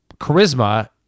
charisma